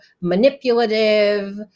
manipulative